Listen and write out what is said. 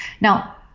Now